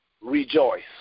rejoice